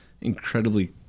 incredibly